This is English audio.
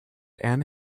anne